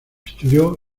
estudió